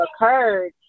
occurred